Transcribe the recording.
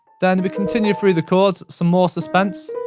then we continue through the chords, some more suspense,